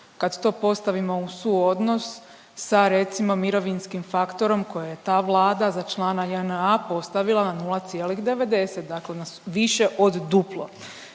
Kad to postavimo u suodnos sa recimo mirovinskim faktorom koje je ta Vlada za člana JNA postavila na 0,90. Dakle, na više od duplo.